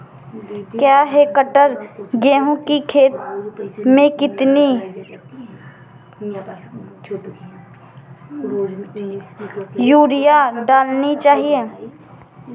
एक हेक्टेयर गेहूँ की खेत में कितनी यूरिया डालनी चाहिए?